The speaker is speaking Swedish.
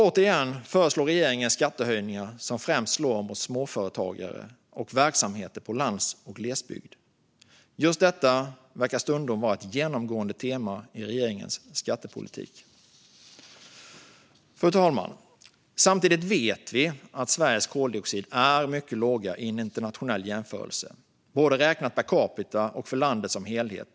Återigen föreslår regeringen skattehöjningar som främst slår mot småföretagare och verksamheter på lands och glesbygd. Just detta verkar stundom vara ett genomgående tema i regeringens skattepolitik. Fru talman! Samtidigt vet vi att Sveriges koldioxidutsläpp är mycket låga i en internationell jämförelse, både räknat per capita och för landet som helhet.